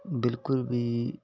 ਬਿਲਕੁਲ ਵੀ